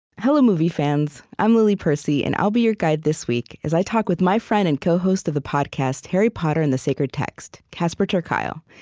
hello, movie fans. i'm lily percy, and i'll be your guide this week as i talk with my friend and co-host of the podcast harry potter and the sacred text, casper ter kuile,